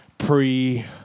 Pre